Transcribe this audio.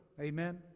Amen